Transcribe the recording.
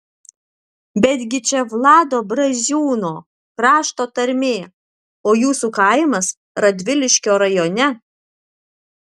betgi čia vlado braziūno krašto tarmė o jūsų kaimas radviliškio rajone